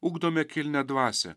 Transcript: ugdome kilnią dvasią